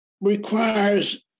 requires